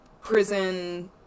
Prison